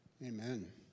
Amen